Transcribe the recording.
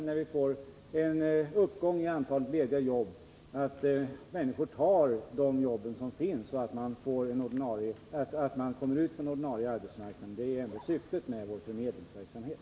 Där vi får en uppgång i antalet lediga jobb måste vi helt enkelt se till att människor tar de jobb som finns och kommer ut på den ordinarie arbetsmarknaden. Det är ju ändå syftet med vår förmedlingsverksamhet.